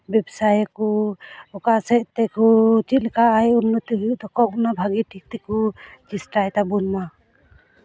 ᱵᱮᱵᱥᱟᱭᱟᱠᱚ ᱚᱠᱟ ᱥᱮᱫ ᱛᱮᱠᱚ ᱪᱮᱫ ᱞᱮᱠᱟ ᱟᱭ ᱩᱱᱱᱚᱛᱤ ᱦᱩᱭᱩᱜ ᱛᱟᱠᱚᱣᱟ ᱩᱱᱟᱜᱮ ᱵᱷᱟᱹᱜᱤ ᱴᱷᱤᱠ ᱛᱮᱠᱚ ᱪᱮᱥᱴᱟᱭ ᱛᱟᱵᱚᱱ ᱢᱟ